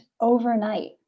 overnight